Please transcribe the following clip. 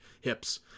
hips